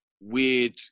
weird